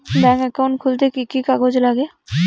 Bank account খুলতে কি কি কাগজ লাগে?